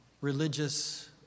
religious